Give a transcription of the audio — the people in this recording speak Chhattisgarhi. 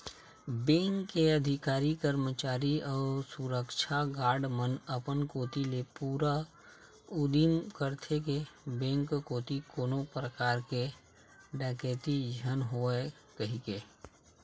बेंक के अधिकारी, करमचारी अउ सुरक्छा गार्ड मन अपन कोती ले पूरा उदिम करथे के बेंक कोती कोनो परकार के डकेती झन होवय कहिके